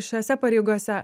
šiose pareigose